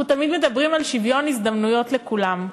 אנחנו תמיד מדברים על שוויון הזדמנויות לכולם.